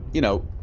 you know,